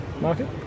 market